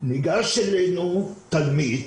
ניגש אלינו תלמיד,